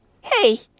hey